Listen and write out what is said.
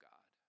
God